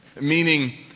Meaning